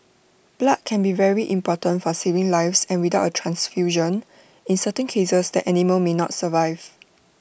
blood can be very important for saving lives and without A transfusion in certain cases the animal may not survive